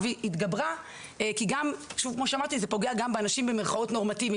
והתגברה כי גם כמו שאמרתי זה פוגע גם באנשים "נורמטיביים",